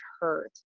hurt